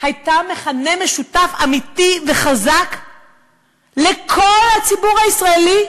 הייתה מכנה משותף אמיתי וחזק לכל הציבור הישראלי.